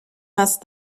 است